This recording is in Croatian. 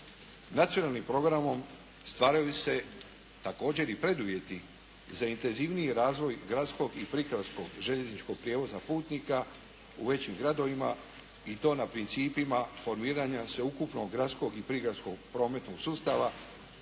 Nacionalnim programom stvaraju se također i preduvjeti za intenzivniji razvoj gradskog i prigradskog željezničkog prijevoza putnika u većim gradovima i to na principima formiranja sveukupnog gradskog i prigradskog prometnog sustava